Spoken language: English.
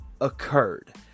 occurred